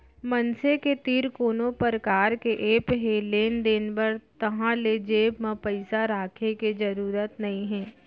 मनसे के तीर कोनो परकार के ऐप हे लेन देन बर ताहाँले जेब म पइसा राखे के जरूरत नइ हे